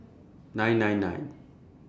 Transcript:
nine nine nine